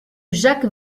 jacques